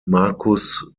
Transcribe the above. marcus